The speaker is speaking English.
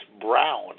brown